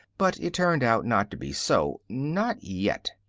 but it turned out not to be so. not yet.